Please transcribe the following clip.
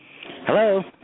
Hello